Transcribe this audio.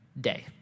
day